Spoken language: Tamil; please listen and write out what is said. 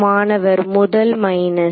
மாணவர் முதல் மைனஸ்